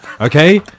okay